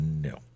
No